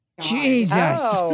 Jesus